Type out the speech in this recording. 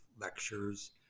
lectures